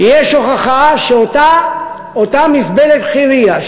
יש הוכחה שאותה מזבלת חירייה,